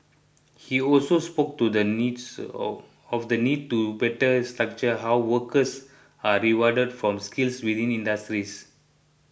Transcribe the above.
he also spoke to the needs of the need to better structure how workers are rewarded from skills within industries